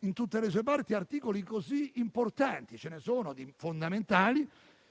in tutte le sue parti articoli così importanti. Ce ne sono di fondamentali;